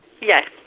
Yes